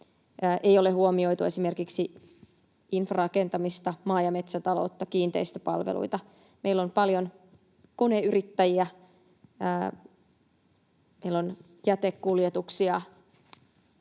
ei ole huomioitu esimerkiksi infrarakentamista, maa- ja metsätaloutta, kiinteistöpalveluita. Meillä on paljon koneyrittäjiä, meillä on jätekuljetuksia,